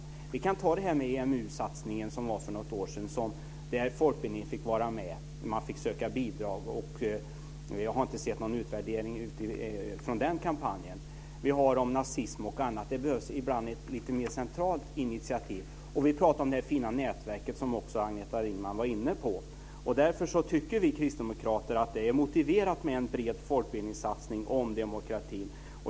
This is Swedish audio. För något år sedan gjordes EMU satsningen, där folkbildningsverksamheten fick söka bidrag och vara med. Jag har inte sett någon utvärdering av den kampanjen. Man har också haft ämnen som nazism för kampanjerna. Ibland behövs ett mer centralt initiativ. Vi har också talat om det fina nätverk som Agneta Ringman var inne på. Vi kristdemokrater tycker att det är motiverat med en bred folkbildningssatsning om demokratin.